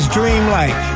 Dreamlike